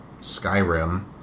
Skyrim